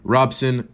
Robson